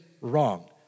wrong